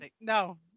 no